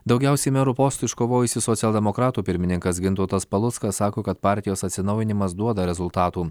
daugiausiai merų postų iškovojusių socialdemokratų pirmininkas gintautas paluckas sako kad partijos atsinaujinimas duoda rezultatų